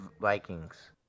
Vikings